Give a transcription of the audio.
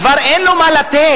כבר אין לו מה לתת.